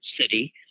city